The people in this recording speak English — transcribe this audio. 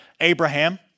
Abraham